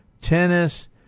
tennis